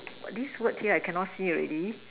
this word here I cannot see already